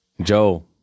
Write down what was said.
Joe